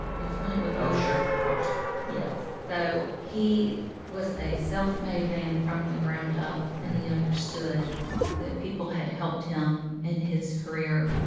are you familiar with lowe's? oh, sure, of course yes. so he was a self-made man from the ground up. and he understood that people had helped him in his career.